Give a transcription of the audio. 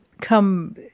come